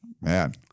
Man